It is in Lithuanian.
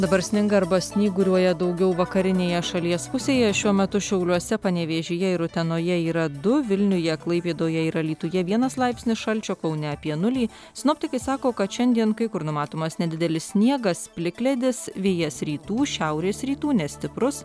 dabar sninga arba snyguriuoja daugiau vakarinėje šalies pusėje šiuo metu šiauliuose panevėžyje ir utenoje yra du vilniuje klaipėdoje ir alytuje vienas laipsnis šalčio kaune apie nulį sinoptikai sako kad šiandien kai kur numatomas nedidelis sniegas plikledis vėjas rytų šiaurės rytų nestiprus